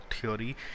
theory